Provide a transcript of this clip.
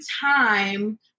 time